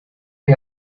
hay